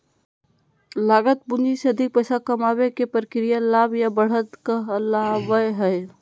लागत पूंजी से अधिक पैसा कमाबे के प्रक्रिया लाभ या बढ़त कहलावय हय